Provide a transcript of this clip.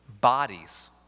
bodies